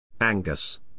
Angus